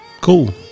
Cool